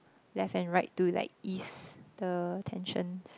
left and right to like ease the tensions